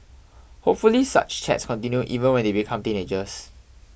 hopefully such chats continue even when they become teenagers